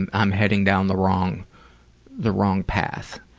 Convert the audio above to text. and i'm heading down the wrong the wrong path.